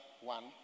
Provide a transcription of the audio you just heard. one